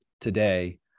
today